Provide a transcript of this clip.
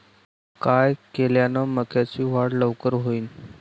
काय केल्यान मक्याची वाढ लवकर होईन?